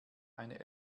eine